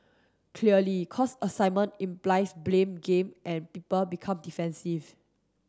clearly cause assignment implies blame game and people become defensive